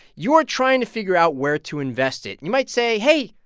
you are trying to figure out where to invest it. you might say, hey,